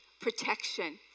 protection